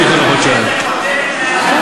אתם לא רוצים לדחות בחודשיים, נכון?